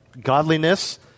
godliness